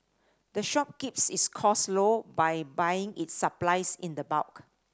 the shop keeps its cost low by buying its supplies in the bulk